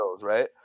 right